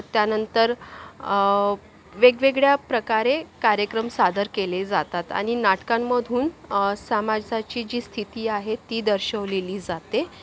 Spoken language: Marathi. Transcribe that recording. त्यानंतर वेगवेगळ्या प्रकारे कार्यक्रम सादर केले जातात आणि नाटकांमधून समाजाची जी स्थिती आहे ती दर्शवलेली जाते